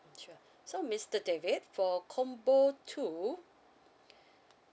sure so mister david for combo two